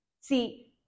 See